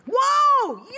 Whoa